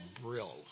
Brill